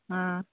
ꯑꯥ